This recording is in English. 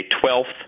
twelfth